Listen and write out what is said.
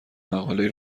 مقالهای